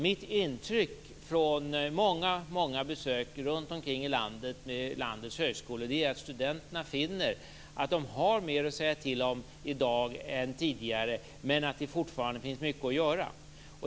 Mitt intryck från många besök runt om i landets högskolor är att studenterna finner att de har mer att säga till om i dag än tidigare, men att det fortfarande finns mycket att göra.